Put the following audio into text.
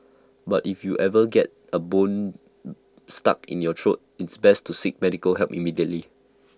but if you ever get A bone stuck in your throat it's best to seek medical help immediately